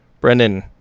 Brendan